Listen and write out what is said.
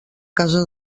casa